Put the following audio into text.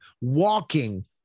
walking